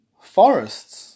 forests